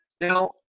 Now